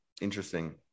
Interesting